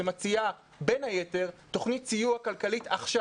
שמציעה בין היתר תוכנית סיוע כלכלית עכשיו.